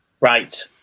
right